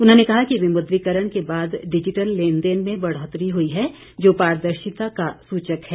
उन्होंने कहा कि विमुद्रीकरण के बाद डिजिटल लेन देन में बढ़ौतरी हुई है जो पारदर्शिता का सूचक है